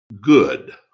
good